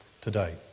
today